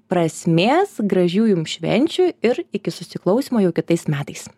prasmės gražių jums švenčių ir iki susiklausymo jau kitais metais